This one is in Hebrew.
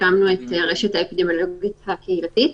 הקמנו את "הרשת האפידמיולוגית הקהילתית".